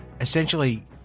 essentially